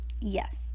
yes